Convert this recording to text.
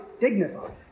dignified